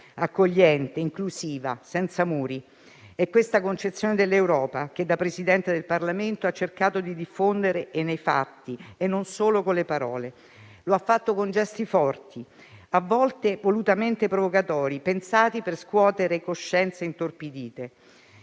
accogliente, inclusiva e senza muri. È questa concezione dell'Europa che, da Presidente del Parlamento, ha cercato di diffondere nei fatti e non solo con le parole. Lo ha fatto con gesti forti, a volte volutamente provocatori, pensati per scuotere coscienze intorpidite,